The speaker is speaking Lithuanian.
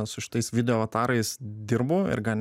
su šitais video avatarais dirbu ir gan